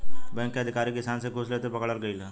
bank के अधिकारी किसान से घूस लेते पकड़ल गइल ह